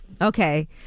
Okay